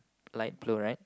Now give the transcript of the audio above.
like blue right